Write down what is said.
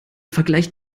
vergleicht